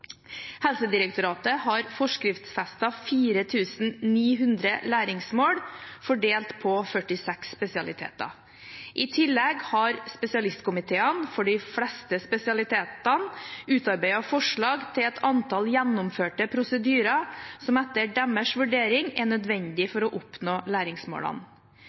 Helsedirektoratet har forskriftsfestet 4 900 læringsmål fordelt på 46 spesialiteter. I tillegg har spesialistkomiteene for de fleste spesialitetene utarbeidet forslag til et antall gjennomførte prosedyrer som etter deres vurdering er nødvendig for å oppnå læringsmålene.